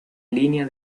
línea